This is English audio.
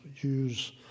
use